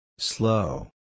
Slow